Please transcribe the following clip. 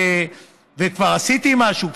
וכבר עשיתי משהו,